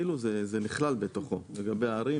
זה נכלל בתוכו לגבי הערים,